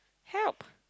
help